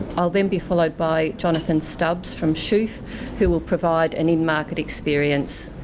i'll then be followed by jonathan stubbs from shoof who will provide an in-market experience.